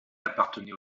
appartenait